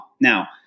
Now